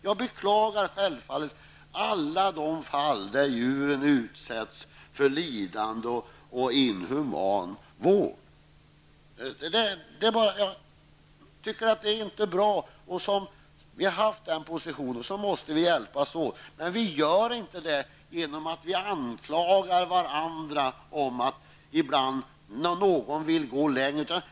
Jag beklagar självfallet alla de fall där djuren utsätts för lidande och inhuman vård. Det är inte bra. Vi har den inställningen, och vi måste hjälpas åt. Men det gör vi inte genom att anklaga varandra när någon vill gå längre.